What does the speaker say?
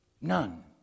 None